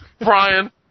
Brian